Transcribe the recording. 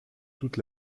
toute